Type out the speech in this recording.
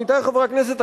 עמיתי חברי הכנסת,